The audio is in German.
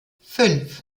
fünf